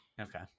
okay